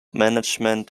management